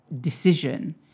decision